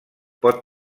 pot